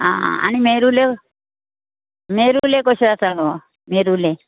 आ आनी मेरुल्यो मेरुले कशे आसा गो मेरुले